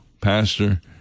Pastor